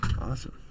Awesome